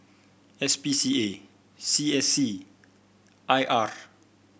S P C A C A C I R